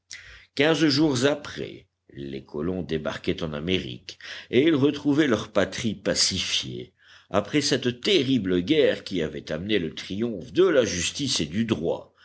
quinze jours après les colons débarquaient en amérique et ils retrouvaient leur patrie pacifiée après cette terrible guerre qui avait amené le triomphe de la justice et du droit